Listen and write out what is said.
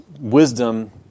wisdom